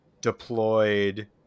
deployed